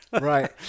Right